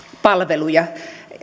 palveluja